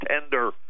tender